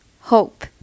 hope